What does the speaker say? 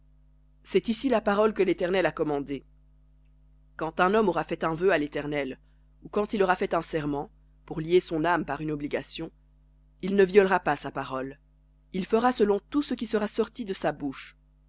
c'est ici la parole que l'éternel a commandée quand un homme aura fait un vœu à l'éternel ou quand il aura fait un serment pour lier son âme par une obligation il ne violera pas sa parole il fera selon tout ce qui sera sorti de sa bouche